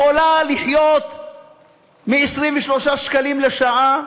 יכולה לחיות מ-23 שקלים לשעה?